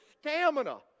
stamina